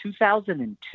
2002